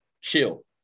chill